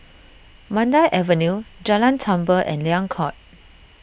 Mandai Avenue Jalan Tambur and Liang Court